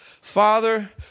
Father